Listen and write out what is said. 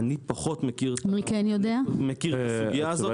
אני פחות מכיר את הסוגיה הזאת.